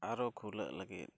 ᱟᱨᱚ ᱠᱷᱩᱞᱟᱹᱜ ᱞᱟᱹᱜᱤᱫ